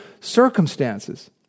circumstances